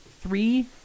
three